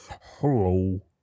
hello